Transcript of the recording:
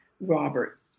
Robert